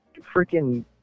freaking